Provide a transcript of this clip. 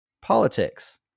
politics